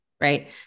Right